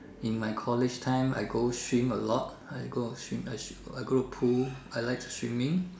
in my college time I go swim a lot I go swim I go to pool I like swimming